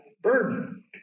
burden